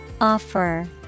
Offer